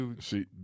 See